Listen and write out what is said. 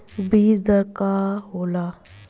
बीज दर का होला?